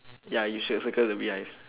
ya you should circle the beehive